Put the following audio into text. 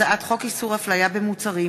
הצעת חוק איסור הפליה במוצרים,